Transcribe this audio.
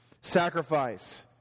sacrifice